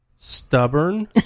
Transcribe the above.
Stubborn